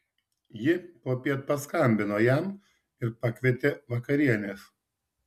ji popiet paskambino jam ir pakvietė vakarienės